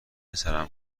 سرم